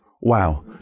wow